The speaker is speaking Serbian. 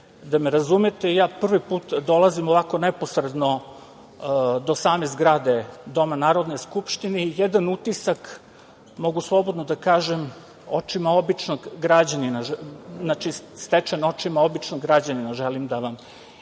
da me razumete. Ja prvi put dolazim ovako neposredno do same zgrade doma Narodne skupštine i jedan utisak, mogu slobodno da kažem, stečen očima običnog građanina, želim da vam iznesem,